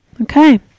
Okay